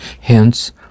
hence